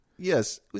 Yes